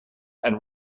and